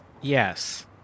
yes